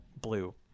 blue